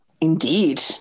Indeed